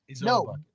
No